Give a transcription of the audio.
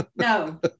no